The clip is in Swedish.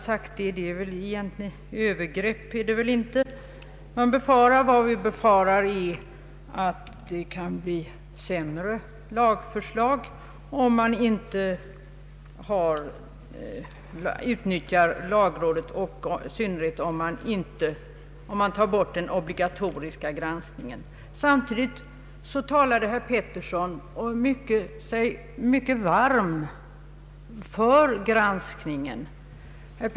Något övergrepp är det väl inte fråga om, utan vad vi befarar det är, att det kan bli sämre lagförslag om man inte utnyttjar lagrådet och i synnerhet om man tar bort den obligatoriska granskningen. Samtidigt talade herr Pettersson mycket varmt för dess granskning.